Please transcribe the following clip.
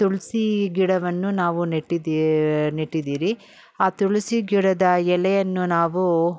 ತುಳಸಿ ಗಿಡವನ್ನು ನಾವು ನೆಟ್ಟಿದ್ದೀ ನೆಟ್ಟಿದ್ದೀರಿ ಆ ತುಳಸಿ ಗಿಡದ ಎಲೆಯನ್ನು ನಾವು